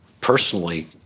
personally